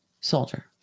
soldier